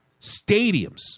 stadiums